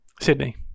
Sydney